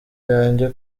yange